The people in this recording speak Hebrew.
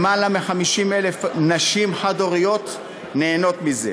יותר מ-50,000 נשים חד-הוריות נהנות מזה.